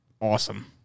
awesome